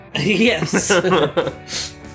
Yes